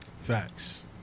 Facts